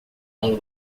longo